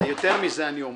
יותר מזה אומר,